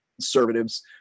conservatives